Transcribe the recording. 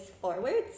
forwards